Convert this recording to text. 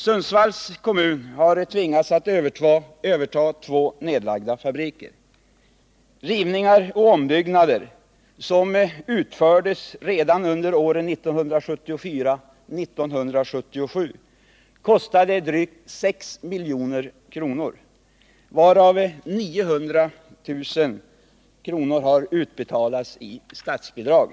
Sundsvalls kommun har tvingats överta två nedlagda fabriker. Rivningar och ombyggnader, som utfördes redan under åren 1974-1977, kostade drygt 6 milj.kr., varav 900 000 kr. har utbetalats i statsbidrag.